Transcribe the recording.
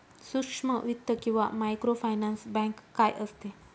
सूक्ष्म वित्त किंवा मायक्रोफायनान्स बँक काय असते?